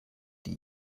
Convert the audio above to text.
die